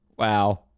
Wow